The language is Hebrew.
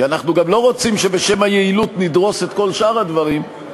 כי אנחנו גם לא רוצים שבשם היעילות נדרוס את כל שאר הדברים,